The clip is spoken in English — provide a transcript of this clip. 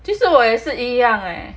其实我也是一样诶